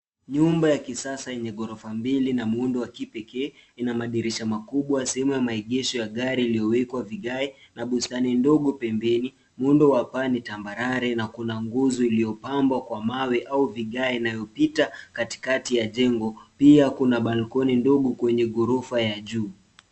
Nyumba ya kisasa yenye ghorofa mbili na muundo a kipekee ina madirisha makubwa, sehemu ya maegesho ya gari iliyowekwa vigae na bustani ndogo pembeni. Muundo wa paa ni tambarare na kuna nguzo ulipambwa kwa mawe au vigae inayopita katikati ya jengo, pia kuna balkoni ndogo kwenye ghorofa ya juu.